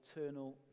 eternal